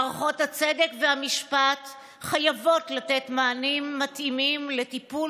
מערכות הצדק והמשפט חייבות לתת מענים מתאימים לטיפול